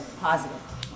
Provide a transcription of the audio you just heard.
positive